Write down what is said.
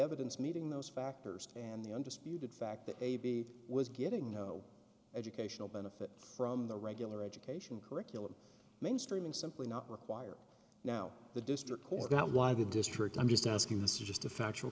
evidence meeting those factors and the undisputed fact that a b was getting no educational benefit from the regular education curriculum mainstreaming simply not required now the district court now why the district i'm just asking this is just a factual